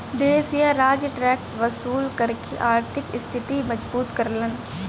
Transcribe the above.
देश या राज्य टैक्स वसूल करके आर्थिक स्थिति मजबूत करलन